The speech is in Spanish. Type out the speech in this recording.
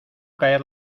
caer